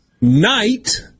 night